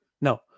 No